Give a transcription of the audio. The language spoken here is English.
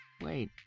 Wait